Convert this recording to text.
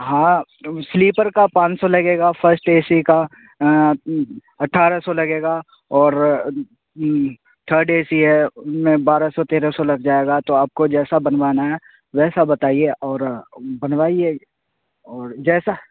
ہاں سلیپر کا پانچ سو لگے گا فسٹ اے سی کا اٹھارہ سو لگے گا اور تھرڈ اے سی ہے میں بارہ سو تیرہ سو لگ جائے گا تو آپ کو جیسا بنوانا ہے ویسا بتائیے اور بنوائیے اور جیسا